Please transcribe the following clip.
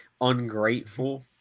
ungrateful